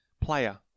player